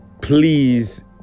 Please